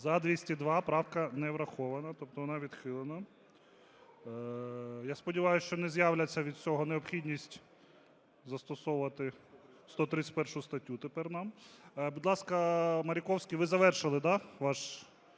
За-202 Правка не врахована, тобто вона відхилена. Я сподіваюся, що не з'явиться від цього необхідність застосовувати 131 статтю тепер нам. Будь ласка, Маріковський, ви завершили, да, ваш